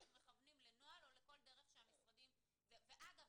אנחנו מכוונים לנוהל או לכל דרך שהמשרדים -- -ואגב,